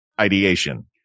ideation